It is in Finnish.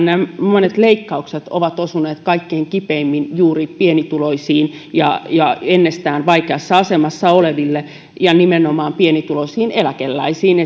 monet leikkaukset ovat osuneet kaikkein kipeimmin juuri pienituloisiin ja ja ennestään vaikeassa asemassa oleviin ja nimenomaan pienituloisiin eläkeläisiin